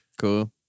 Cool